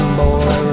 boy